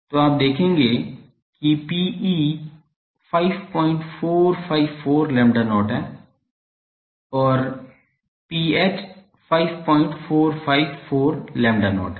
तो आप देखेंगे कि Pe 5454 lambda not है और Ph 5454 lambda not है